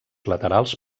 laterals